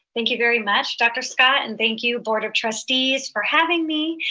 thank you very much dr. scott, and thank you board of trustees for having me.